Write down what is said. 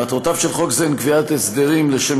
מטרות חוק זה הן קביעת הסדרים לשם